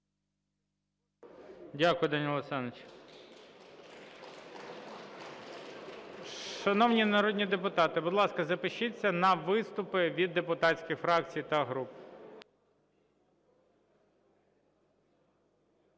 Дякую, Данило Олександрович. Шановні народні депутати, будь ласка, запишіться на виступи від депутатських фракцій та груп.